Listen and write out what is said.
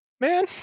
Man